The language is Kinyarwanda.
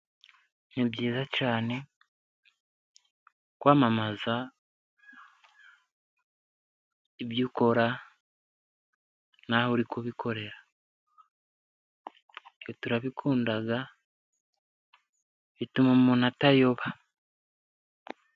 Ni byiza cyane kwamamaza ibyo ukora, nawe uri kubikorera. Turabikunda, bituma umuntu atayoba.